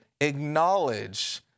acknowledge